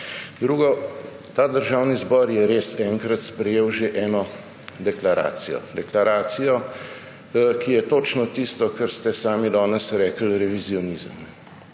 Drugič. Državni zbor je res enkrat že sprejel eno deklaracijo. Deklaracijo, ki je točno tisto, kar ste sami danes rekli – revizionizem.